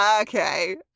Okay